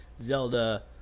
Zelda